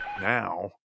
Now